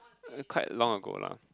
quite long ago lah